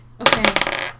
Okay